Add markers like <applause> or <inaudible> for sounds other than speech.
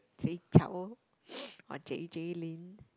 Jay-Chou <noise> or J_J-Lin